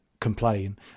complain